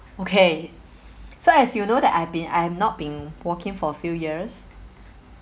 okay so as you know that I've been I have not been working for a few years